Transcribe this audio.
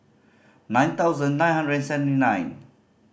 nine thousand nine hundred and seventy nine